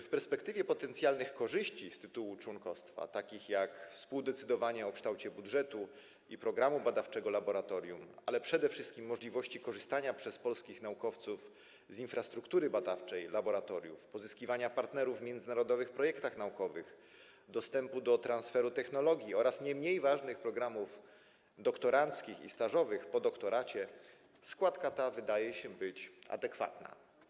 W perspektywie potencjalnych korzyści z tytułu członkostwa, takich jak współdecydowanie o kształcie budżetu i programu badawczego laboratorium, ale przede wszystkim możliwość korzystania przez polskich naukowców z infrastruktury badawczej laboratoriów, pozyskiwania partnerów w międzynarodowych projektach naukowych, uzyskania dostępu do transferu technologii oraz nie mniej ważnych programów doktoranckich i stażowych po doktoracie, składka ta wydaje się adekwatna.